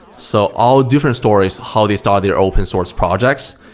so all different stories, how they started their open source projects,